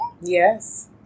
Yes